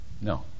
No